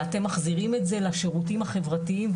ואתם מחזירים את זה לשירותים החברתיים,